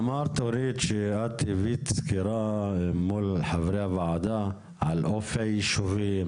אמרת שאת הבאת סקירה מול חברי הוועדה על אופי היישובי.